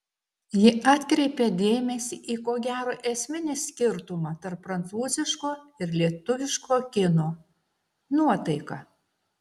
ji atkreipė dėmesį į ko gero esminį skirtumą tarp prancūziško ir lietuviško kino nuotaiką